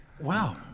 Wow